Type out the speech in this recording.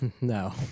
no